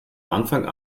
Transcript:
anfang